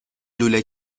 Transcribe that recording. لوله